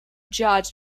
judge